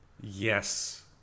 Yes